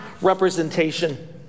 representation